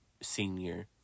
senior